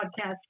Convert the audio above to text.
podcast